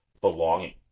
belonging